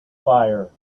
fire